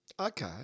Okay